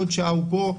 עוד שעה הוא פה,